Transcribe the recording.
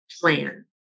plan